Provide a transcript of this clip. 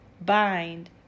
bind